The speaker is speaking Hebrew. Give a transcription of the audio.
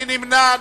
מי נמנע?